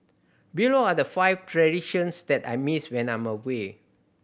below are the five traditions that I miss when I'm away